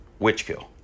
Witchkill